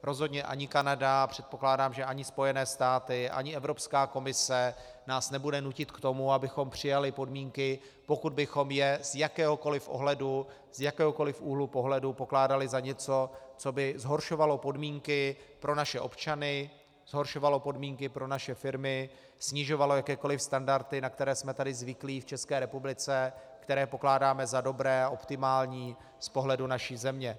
Rozhodně ani Kanada, a předpokládám, ani Spojené státy, ani Evropská komise nás nebude nutit k tomu, abychom přijali podmínky, pokud bychom je z jakéhokoliv ohledu, z jakéhokoliv úhlu pohledu pokládali za něco, co by zhoršovalo podmínky pro naše občany, zhoršovalo podmínky pro naše firmy, snižovalo jakékoliv standardy, na které jsme tady v ČR zvyklí, které pokládáme za dobré a optimální z pohledu naší země.